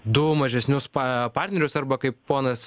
du mažesnius pa partnerius arba kaip ponas